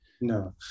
No